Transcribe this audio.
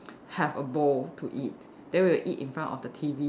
have a bowl to eat then we'll eat in front of the T_V